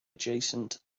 adjacent